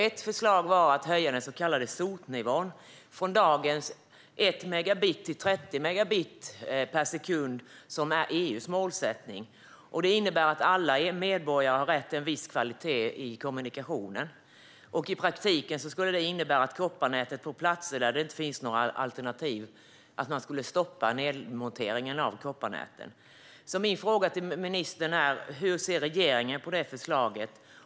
Ett förslag var att höja den så kallade SOT-nivån, från dagens 1 megabit till 30 megabit per sekund, vilket är EU:s målsättning. Det innebär att alla medborgare har rätt till viss kvalitet på kommunikationen. I praktiken skulle det innebära att man skulle stoppa nedmonteringen av kopparnäten på platser där det inte finns några alternativ. Hur ser regeringen på förslaget?